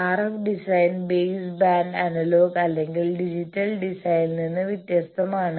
RF design base band analogue അല്ലെങ്കിൽ digital ഡിസൈനിൽ നിന്ന് വ്യത്യസ്തമാണ്